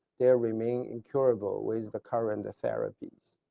there remain incurable with current therapies.